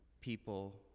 people